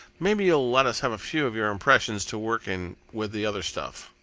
maybe you'll let us have a few of your impressions to work in with the other stuff.